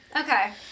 okay